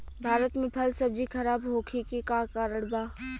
भारत में फल सब्जी खराब होखे के का कारण बा?